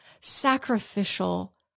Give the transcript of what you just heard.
sacrificial